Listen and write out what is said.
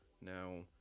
Now